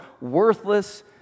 worthless